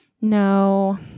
no